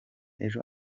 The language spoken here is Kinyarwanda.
ejo